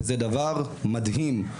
וזה דבר מדהים.